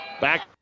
Back